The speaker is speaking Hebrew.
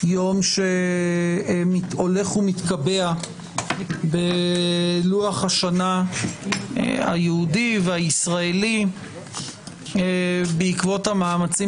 יום שהולך ומתקבע בלוח השנה היהודי והישראלי בעקבות המאמצים